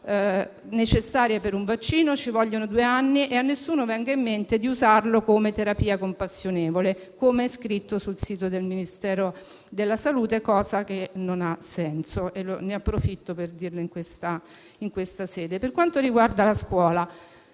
necessarie. Occorrono due anni. A nessuno venga in mente di usarlo come terapia compassionevole, come è scritto sul sito del Ministero della salute: ciò non ha senso e ne approfitto per dirlo in questa sede. Per quanto riguarda la scuola,